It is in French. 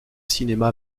cinéma